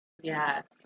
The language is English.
Yes